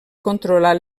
controlar